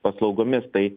paslaugomis tai